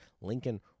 Lincoln